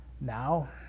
now